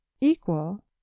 equal